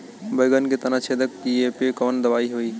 बैगन के तना छेदक कियेपे कवन दवाई होई?